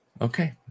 Okay